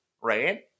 right